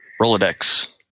Rolodex